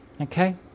Okay